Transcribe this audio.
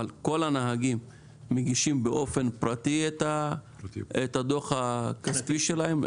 אבל כל הנהגים מגישים באופן פרטי את הדוח הכספי שלהם?